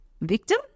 victim